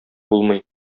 булмый